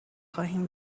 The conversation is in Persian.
خواهیم